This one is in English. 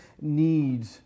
need